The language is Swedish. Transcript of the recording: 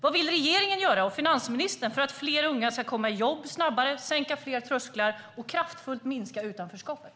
Vad vill regeringen och finansministern göra för att fler unga snabbare ska komma i jobb och för att sänka fler trösklar och kraftfullt minska utanförskapet?